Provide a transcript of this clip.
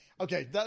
Okay